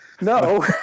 No